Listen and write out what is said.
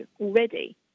already